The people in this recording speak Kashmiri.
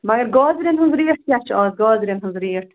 مگر گازرٮ۪ن ہٕنٛز ریٹ کیٛاہ چھُ اَز گازرٮ۪ن ہٕنٛز ریٹ